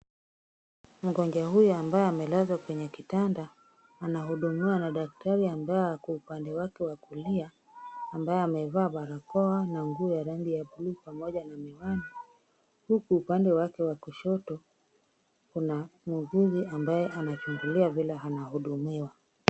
Mgonjwa huyu ambaye amelazwa kwenye kitanda, anahudumiwa na daktari ambaye ako upande wake wa kulia, ambaye amevaa barakoa na nguo ya rangi ya buluu pamoja na miwani, huku upande wake wa kushoto kuna muuguzi ambaye anachungulia vile anahudumiwa.